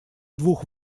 двух